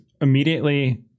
immediately